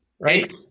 Right